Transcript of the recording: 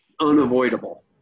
unavoidable